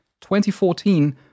2014